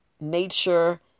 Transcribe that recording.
Nature